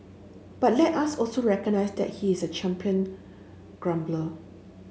but let us also recognise that he is a champion grumbler